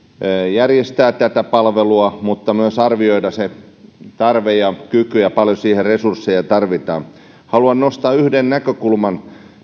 järjestää tätä palvelua mutta myös arvioida se tarve ja kyky ja se paljonko siihen resursseja tarvitaan haluan nostaa tässä keskustelussa yhden näkökulman